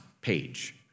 page